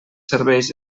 serveis